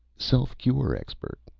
self-cure expert!